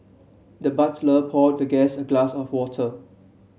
the butler poured the guest a glass of water